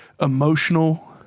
emotional